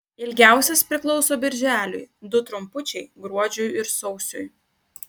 ilgiausias priklauso birželiui du trumpučiai gruodžiui ir sausiui